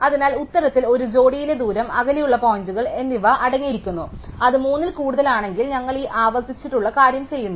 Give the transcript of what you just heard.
അതിനാൽ ഉത്തരത്തിൽ ഒരു ജോഡിയിലെ ദൂരം അകലെയുള്ള പോയിന്റുകൾ എന്നിവ അടങ്ങിയിരിക്കുന്നു അത് 3 ൽ കൂടുതലാണെങ്കിൽ ഞങ്ങൾ ഈ ആവർത്തിച്ചുള്ള കാര്യം ചെയ്യുന്നു